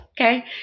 okay